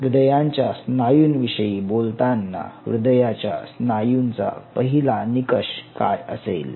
हृदयाच्या स्नायूंविषयी बोलताना हृदयाच्या स्नायूंचा पहिला निकष काय असेल